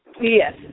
Yes